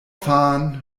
fahren